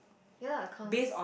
ya lah accounts